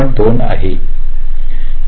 2 आहे